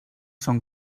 són